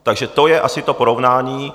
Takže to je asi to porovnání.